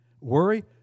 Worry